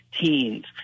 teens